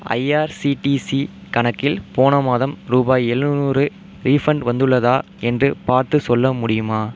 IRCTC கணக்கில் போன மாதம் ரூபாய் எழுநூறு ரீஃபண்ட் வந்துள்ளதா என்று பார்த்துச் சொல்ல முடியுமா